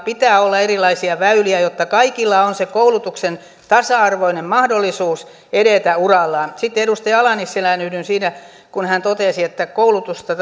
pitää olla erilaisia väyliä jotta kaikilla on se koulutuksen tasa arvoinen mahdollisuus edetä urallaan sitten edustaja ala nissilään yhdyn siinä kun hän totesi että koulutusta